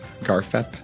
Garfep